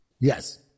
Yes